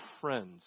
friends